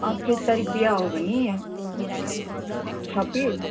अठ्ठाइस तारिक बिहा हो भने लाइक छब्बिस